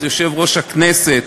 אז יושב-ראש הכנסת